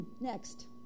next